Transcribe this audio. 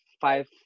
five